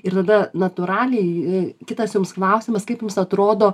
ir tada natūraliai kitas jums klausimas kaip jums atrodo